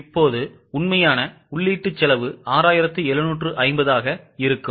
இப்போது உண்மையான உள்ளீட்டு செலவு 6750 ஆக இருக்கும்